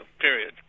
period